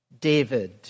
David